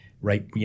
right